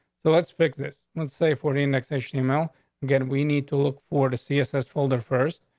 so let's fix this. let's say forty annexation email again. we need to look forward to css folder first,